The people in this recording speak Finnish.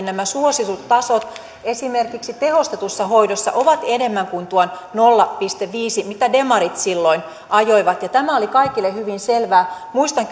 nämä suositustasot esimerkiksi tehostetussa hoidossa ovat enemmän kuin tuon nolla pilkku viisi mitä demarit silloin ajoivat ja tämä oli kaikille hyvin selvää muistan